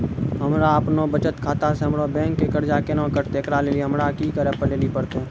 हमरा आपनौ बचत खाता से हमरौ बैंक के कर्जा केना कटतै ऐकरा लेली हमरा कि करै लेली परतै?